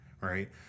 right